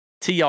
TR